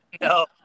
No